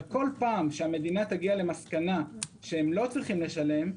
אבל בכל פעם שהמדינה תגיע למסקנה שהם לא צריכים לשלם,